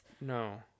No